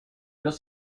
los